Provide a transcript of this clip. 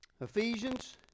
Ephesians